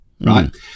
right